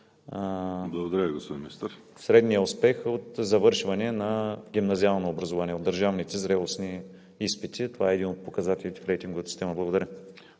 КРАСИМИР ВЪЛЧЕВ: …средният успех от завършване на гимназиално образование от държавните зрелостни изпити, това е един от показателите в рейтинговата система. Благодаря.